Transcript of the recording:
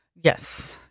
Yes